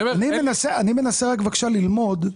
אני מנסה, בבקשה, ללמוד,